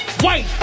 White